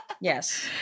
Yes